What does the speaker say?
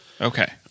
Okay